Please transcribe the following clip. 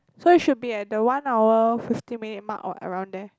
so it should be at the one hour fifteen minute mark or around there